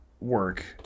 work